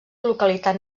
localitat